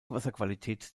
wasserqualität